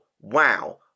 Wow